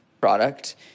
product